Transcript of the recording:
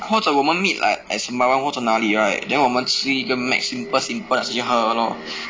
或者我们 meet like at sembawang 或者哪里 right then 我们吃一个 mac simple simple and see how 了 lor